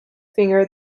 finger